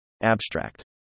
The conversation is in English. Abstract